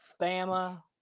Bama